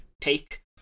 take